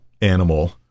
animal